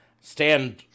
stand